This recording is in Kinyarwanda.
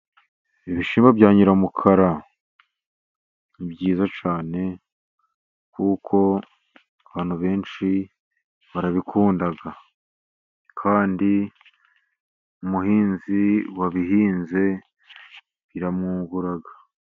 Ibishyimbo bya nyiramukara ni byiza cyane kuko abantu benshi barabikunda, kandi umuhinzi wabihinze biramwungura.